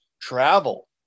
travel